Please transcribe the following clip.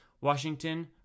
Washington